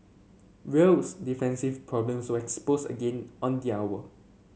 real's defensive problems were exposed again on the hour